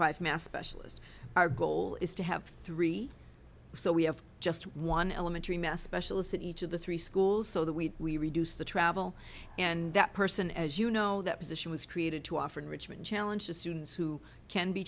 five mass specialist our goal is to have three so we have just one elementary math specialist in each of the three schools so that we we reduce the travel and that person as you know that position was created to offer in richmond challenge to students who can be